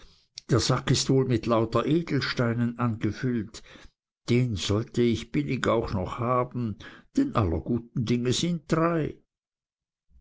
der sack ist wohl mit lauter edelsteinen angefüllt den sollte ich billig auch noch haben denn aller guten dinge sind drei